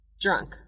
Drunk